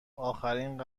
آخرین